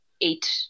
eight